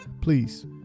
Please